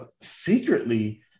Secretly